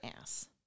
ass